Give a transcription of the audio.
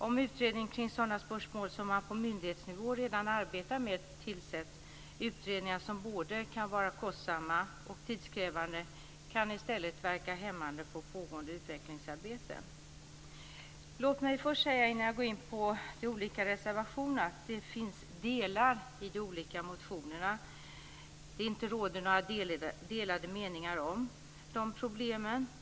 Om utredning av sådana spörsmål som man på myndighetsnivå redan arbetar med tillsätts - utredningar som kan vara både kostsamma och tidskrävande - kan det i stället verka hämmande för pågående utvecklingsarbete. Låt mig först säga, innan jag går in på de olika reservationerna, att det finns delar i de olika motionerna där det inte råder några delade meningar om problemen.